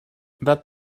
that